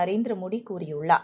நரேந்திரமோடி கூறியுள்ளார்